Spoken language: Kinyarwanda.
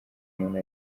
muntu